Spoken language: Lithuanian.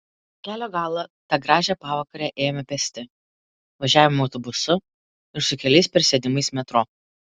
kelio galą tą gražią pavakarę ėjome pėsti važiavome autobusu ir su keliais persėdimais metro